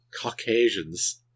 Caucasians